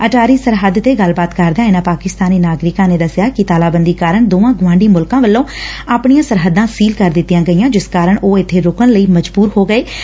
ਅਟਾਰੀ ਸਰਹੱਦ ਤੇ ਗੱਲਬਾਤ ਕਰਦਿਆਂ ਇਨਾਂ ਪਾਕਿਸਤਾਨ ਨਾਗਰਿਕਾਂ ਨੇ ਦੱਸਿਆ ਕਿ ਤਾਲਾਬੰਦੀ ਕਾਰਨ ਦੋਨਾਂ ਗਵਾਂਢੀ ਮੁਲਕਾਂ ਵਲੋਂ ਆਪਣੀਆਂ ਸਰਹੱਦਾਂ ਸੀਲ ਕਰ ਦਿੱਤੀਆਂ ਗਈਆ ਜਿਸ ਕਾਰਨ ਉਹ ਇਬੇ ਰੁਕਣ ਲਈ ਮਜਬੁਰ ਹੋ ਗਏ ਸਨ